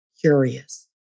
curious